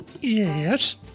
Yes